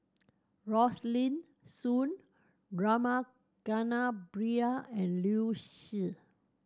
Rosaline Soon Rama Kannabiran and Liu Si